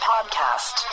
Podcast